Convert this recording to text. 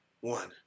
One